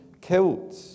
killed